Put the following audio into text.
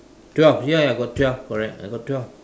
twelve ya ya I got twelve correct I got twelve